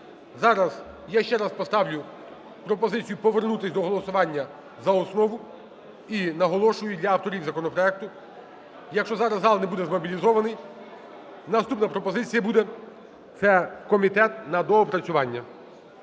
Зараз я ще раз поставлю пропозицію повернутись до голосування за основу. І наголошую для авторів законопроекту. Якщо зараз зал не буде змобілізований, наступна пропозиція буде – це в комітет на доопрацювання.